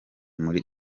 muri